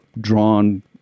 drawn